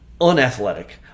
unathletic